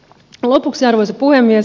lopuksi arvoisa puhemies